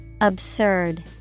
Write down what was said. Absurd